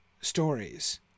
stories